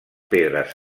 pedres